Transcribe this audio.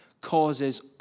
causes